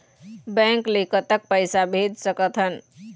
Bank ले कतक पैसा भेज सकथन?